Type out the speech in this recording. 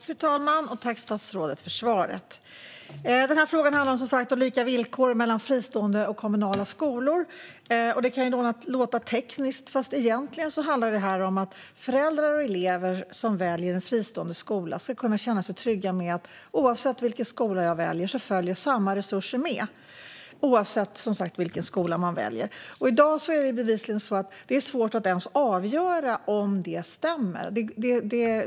Fru talman! Tack, statsrådet, för svaret! Interpellationen handlar som sagt om lika villkor för fristående och kommunala skolor. Det kan låta tekniskt, fast egentligen handlar det om att föräldrar och elever som väljer en fristående skola ska kunna känna sig trygga med att oavsett vilken skola de väljer följer samma resurser med. I dag är det bevisligen svårt att ens avgöra om detta stämmer.